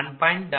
0111